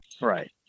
right